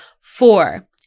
Four